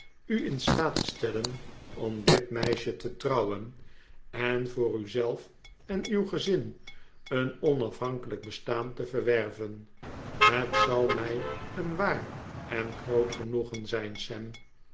u in staat te stellen om dit meisje te trouwen en voor u zelf en uw gezin een onafhankelijk bestaan te verwerven het zal mij een waar en groot genoegen zijn sam